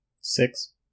Six